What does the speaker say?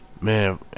Man